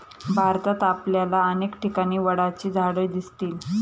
भारतात आपल्याला अनेक ठिकाणी वडाची झाडं दिसतील